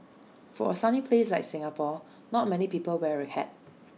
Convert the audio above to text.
for A sunny place like Singapore not many people wear A hat